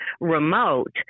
remote